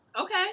Okay